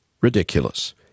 Ridiculous